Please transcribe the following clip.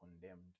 condemned